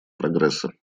прогресса